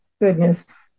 goodness